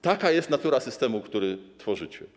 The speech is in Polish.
Taka jest natura systemu, który tworzycie.